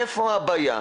איפה הבעיה?